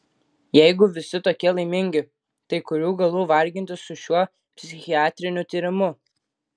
jeigu visi tokie laimingi tai kurių galų vargintis su šiuo psichiatriniu tyrimu